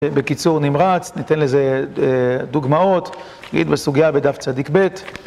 בקיצור נמרץ, ניתן לזה דוגמאות, נגיד בסוגייה בדף צ"ב